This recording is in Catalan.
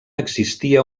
existia